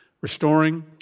Restoring